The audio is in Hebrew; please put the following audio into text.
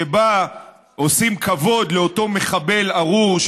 שבה עושים כבוד לאותו מחבל ארור,